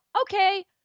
okay